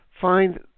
find